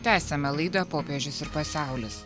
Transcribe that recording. tęsiame laidą popiežius ir pasaulis